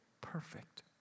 perfect